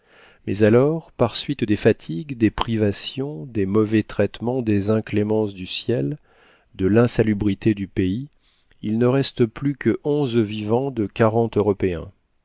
mais alors par suite des fatigues des privations des mauvais traitements des inclémences du ciel de l'insalubrité du pays il ne reste plus que onze vivants de quarante européens